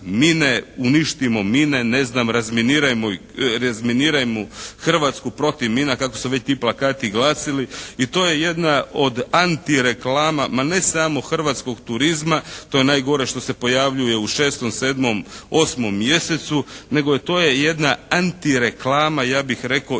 mine. Uništimo mine.", ne znam, "Razminirajmo Hrvatsku. Protiv mina." ,kako su već ti plakati glasili. I to je jedna od antireklama ma ne samo hrvatskog turizma, to je najgore što se pojavljuje u 6., 7., 8. mjesecu. Nego to je jedna antireklama ja bih rekao